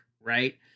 right